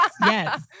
Yes